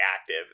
active